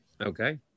Okay